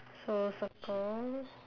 so circle